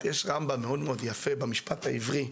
יש משפט יפה במשפט העברי,